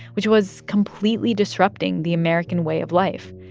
which was completely disrupting the american way of life.